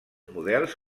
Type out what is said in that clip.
models